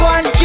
One